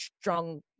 strong